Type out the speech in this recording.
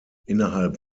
innerhalb